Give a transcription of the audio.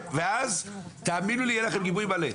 ואז, תאמינו לי יהיה לכם גיבוי מלא.